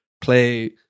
play